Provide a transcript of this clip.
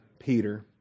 Peter